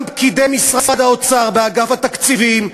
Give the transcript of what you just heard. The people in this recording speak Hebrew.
ואני אגיד לכם יותר מזה: גם פקידי משרד האוצר באגף התקציבים,